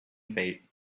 fate